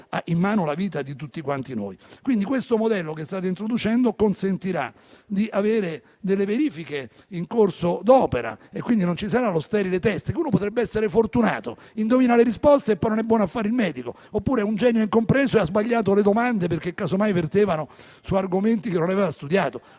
in mano la vita di tutti quanti noi.